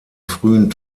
frühen